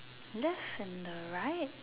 left and the right